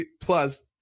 Plus